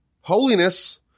holiness